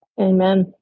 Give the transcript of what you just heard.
Amen